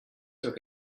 took